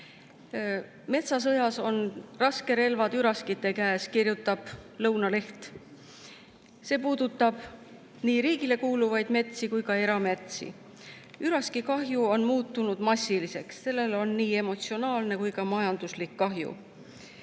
Metsasõjas on raskerelvad üraskite käes, kirjutab Lõunaleht. See puudutab nii riigile kuuluvaid metsi kui ka erametsi. Üraskikahju on muutunud massiliseks ja sellel on nii emotsionaalne kui ka majanduslik [mõju].